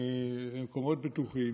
למקומות בטוחים.